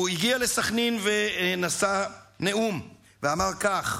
הוא הגיע לסח'נין ונשא נאום ואמר כך: